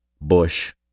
Bush